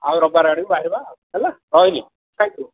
ଆଉ ରବିବାର ଆଡ଼କୁ ବାହାରିବା ଆଉ ହେଲା ରହିଲି ଥ୍ୟାଙ୍କ୍ ୟୁ